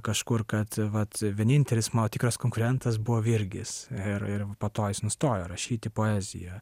kažkur kad vat vienintelis mano tikras konkurentas buvo virgis ir ir po to jis nustojo rašyti poeziją